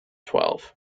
twelve